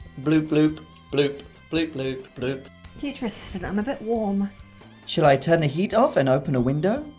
bloop bloop bloop bloop bloop bloop future assistant i'm a bit warm shall i turn the heat off and open a window?